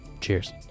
cheers